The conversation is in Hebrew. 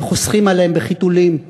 שחוסכים עליהם שם בחיתולים.